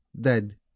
dead